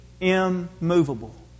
immovable